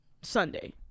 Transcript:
Sunday